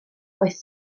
oedd